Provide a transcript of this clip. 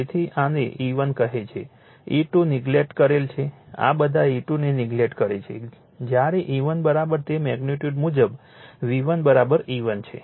તેથી આને E1 કહે છે E2 નેગલેક્ટ કરેલ છે આ બધા E2 નેગલેક્ટ કરે છે જ્યારે E1 તે મેગ્નિટ્યુડ મુજબ V1 E1 છે